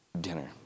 dinner